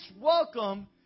welcome